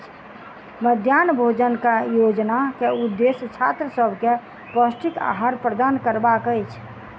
मध्याह्न भोजन योजना के उदेश्य छात्र सभ के पौष्टिक आहार प्रदान करबाक अछि